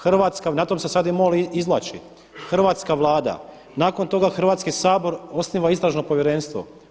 Hrvatska, na tome se sada MOL i izvlači, hrvatska Vlada, nakon toga Hrvatski sabor osniva istražno povjerenstvo.